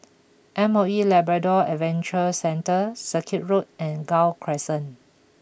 M O E Labrador Adventure Centre Circuit Road and Gul Crescent